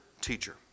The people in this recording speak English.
teacher